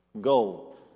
Go